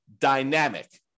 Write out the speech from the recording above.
dynamic